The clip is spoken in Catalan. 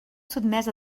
sotmès